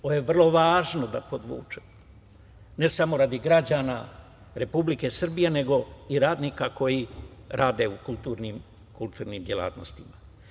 Ovo je vrlo važno da podvučem ne samo radi građana Republike Srbije nego i radnika koji rade u kulturnim delatnostima.